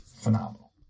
phenomenal